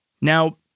Now